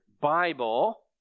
Bible